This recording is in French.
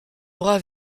bras